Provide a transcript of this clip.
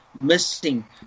missing